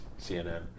CNN